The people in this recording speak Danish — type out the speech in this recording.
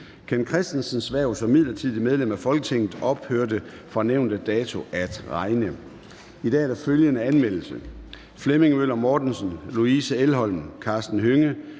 Ken Kristensens (V) hverv som midlertidigt medlem af Folketinget ophører fra nævnte dato at regne. I dag er der følgende anmeldelse: Flemming Møller Mortensen (S), Louise Elholm (V), Karsten Hønge